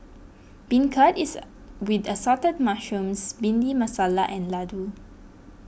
beancurd is with Assorted Mushrooms Bhindi Masala and Laddu